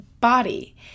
body